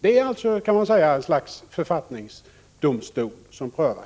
Det är alltså ett slags författningsdomstol som prövar.